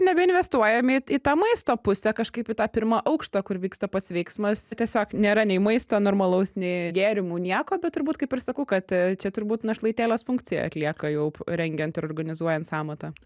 nebeinvestuojam į į tą maisto pusę kažkaip į pirmą aukštą kur vyksta pats veiksmas tiesiog nėra nei maisto normalaus nei gėrimų nieko bet turbūt kaip ir sakau kad čia turbūt našlaitėlės funkciją atlieka jau rengiant ir organizuojant sąmatą